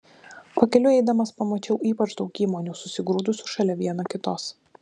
pakeliui eidamas pamačiau ypač daug įmonių susigrūdusių šalia viena kitos